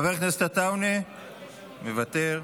חבר הכנסת עטאונה, מוותר,